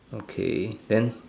okay then